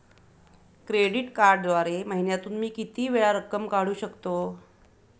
Credit कार्डद्वारे महिन्यातून मी किती वेळा रक्कम काढू शकतो?